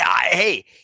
Hey